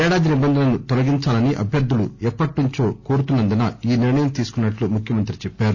ఏడాది నిబంధనను తొలగిందాలని విద్యార్లులు ఎప్పటి నుండో కోరుతున్న ందున ఈ నిర్లయం తీసుకున్న ట్లు ముఖ్యమంత్రి చెప్పారు